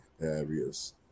areas